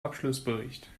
abschlussbericht